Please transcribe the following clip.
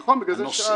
נכון, בגלל זה שאלתי.